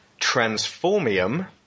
transformium